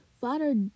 Father